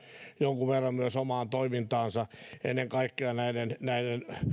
jonkun verran muutoksia omaan toimintaansa ennen kaikkea